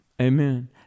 Amen